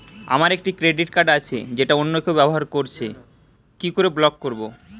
আমার একটি credit card আছে যেটা অন্য কেউ ব্যবহার করছে কি করে ব্লক করবো?